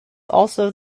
also